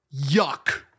Yuck